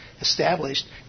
established